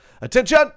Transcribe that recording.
Attention